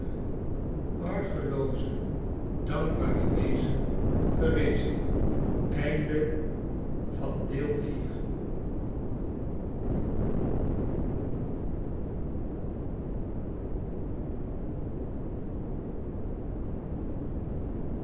arglooze dankbare wezen verrezen